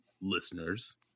listeners